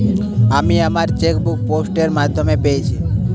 আমি আমার chequebook post এর মাধ্যমে পেয়েছি